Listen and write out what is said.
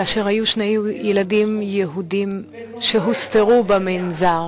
כאשר באו שני ילדים יהודים שהוסתרו במנזר,